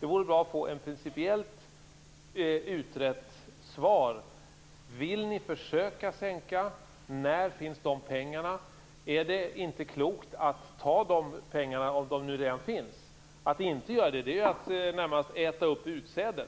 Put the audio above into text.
Det vore bra att få ett principiellt svar: Vill ni försöka sänka? När finns de pengarna? Är det inte klokt att ta de pengarna om de nu redan finns? Att inte göra det är ju närmast att äta upp utsädet.